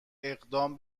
اقدام